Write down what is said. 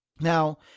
Now